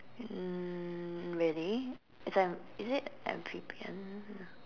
um really it's an is it amphibian